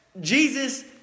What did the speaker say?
Jesus